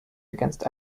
against